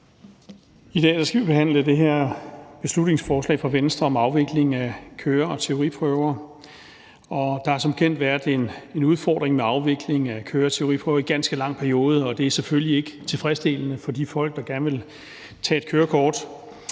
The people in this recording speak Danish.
I dag skal vi behandle det her beslutningsforslag fra Venstre om afvikling af køre- og teoriprøver. Der har som bekendt været en udfordring med afviklingen af køre- og teoriprøver i en ganske lang periode, og det er selvfølgelig ikke tilfredsstillende for de folk, der gerne vil tage et kørekort.